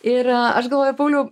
ir a aš galvoju pauliau